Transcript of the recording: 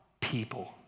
people